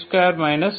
4